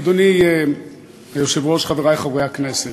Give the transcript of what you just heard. אדוני היושב-ראש, חברי חברי הכנסת,